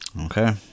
Okay